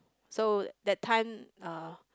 so that time uh